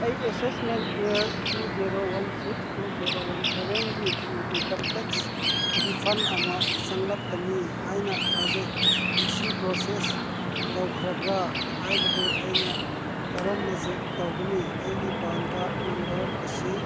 ꯑꯩ assessment year two zero one six two zero one ꯁꯕꯦꯟꯒꯤ ꯀꯤ ꯏꯟꯀꯝ ꯇꯦꯛꯁ ꯔꯤꯐꯟ ꯑꯃ ꯆꯪꯂꯛꯀꯅꯤ ꯍꯥꯏꯅ ꯊꯥꯖꯩ ꯃꯁꯤ ꯄ꯭ꯔꯣꯁꯦꯁ ꯇꯧꯈ꯭ꯔꯕ꯭ꯔꯥ ꯍꯥꯏꯕꯗꯨ ꯑꯩꯅ ꯀꯔꯝꯅ ꯆꯦꯛ ꯇꯧꯒꯅꯤ ꯑꯩꯒꯤ ꯄꯥꯟ ꯀꯥꯔꯗ ꯅꯝꯕꯔ ꯑꯁꯤ